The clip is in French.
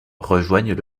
rejoignent